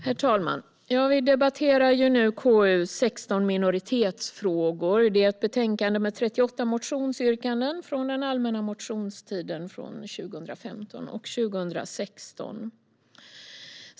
Herr talman! Vi behandlar nu KU16, Minoritetsfrågor . Det är ett betänkande med 38 motionsyrkanden från den allmänna motionstiden 2015 och 2016.